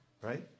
right